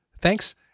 Thanks